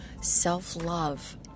self-love